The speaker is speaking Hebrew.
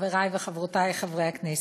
חברי וחברותי חברי הכנסת,